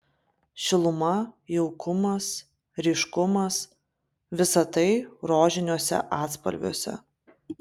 šiluma jaukumas ryškumas visa tai rožiniuose atspalviuose